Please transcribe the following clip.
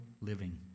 living